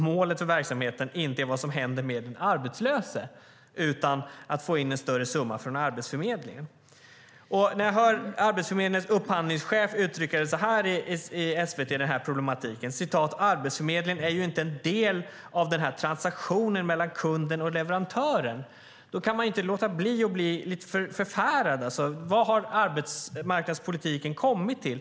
Målet för verksamheten är inte vad som händer med den arbetslöse utan att få in en större summa från Arbetsförmedlingen. När jag hör Arbetsförmedlingens upphandlingschef uttrycka den problematiken så här i SVT: "Arbetsförmedlingen är ju inte en del av transaktionen mellan kunden och leverantören", kan jag inte bli annat än lite förfärad. Vad har arbetsmarknadspolitiken kommit till?